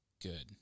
good